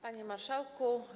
Panie Marszałku!